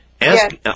ask